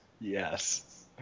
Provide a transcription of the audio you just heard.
Yes